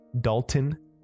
Dalton